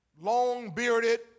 long-bearded